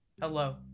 Hello